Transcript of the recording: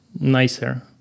nicer